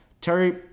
Terry